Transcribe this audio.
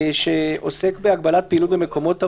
שעוסק בהגבלת פעילות במקומות עבודה.